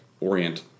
orient